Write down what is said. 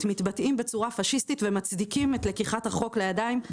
מתבטאים בצורה פשיסטית ומצדיקים את לקיחת החוק לידיים.